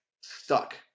stuck